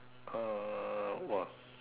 a !wah!